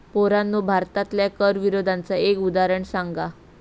पोरांनो भारतातल्या कर विरोधाचा एक उदाहरण सांगा